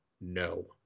No